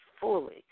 fully